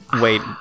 Wait